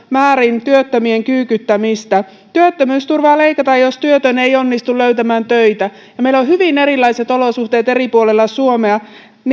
määrin työttömien kyykyttämistä työttömyysturvaa leikataan jos työtön ei onnistu löytämään töitä ja meillä on hyvin erilaiset olosuhteet eri puolilla suomessa työllistymiseen